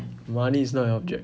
money is not an object